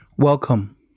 Welcome